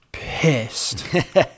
Pissed